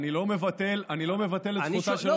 אני לא מבטל את זכותה של האופוזיציה.